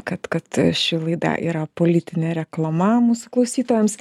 kad kad ši laida yra politinė reklama mūsų klausytojams